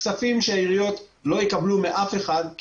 כספים שהעיריות לא יקבלו מאף אחד כי